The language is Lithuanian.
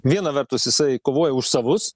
viena vertus jisai kovoja už savus